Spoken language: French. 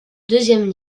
deuxième